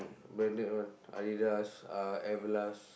branded one Adidas uh Everlast